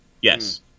Yes